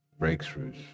breakthroughs